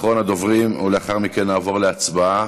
אחרון הדוברים, ולאחר מכן נעבור להצבעה.